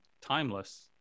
timeless